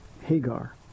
Hagar